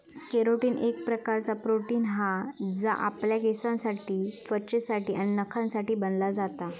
carotene एक प्रकारचा protein हा जा आपल्या केसांसाठी त्वचेसाठी आणि नखांसाठी बनला जाता